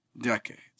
decades